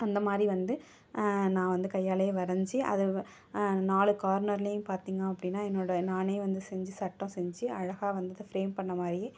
அந்தமாதிரி வந்து நான் வந்து கையாலையே வரஞ்சு அதை வ நாலு கார்னர்லையும் பார்த்தீங்க அப்படின்னா என்னோடய நானே வந்து செஞ்சு சட்டம் செஞ்சு அழகாக வந்தது ஃப்ரேம் பண்ணிண மாதிரியே